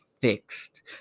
fixed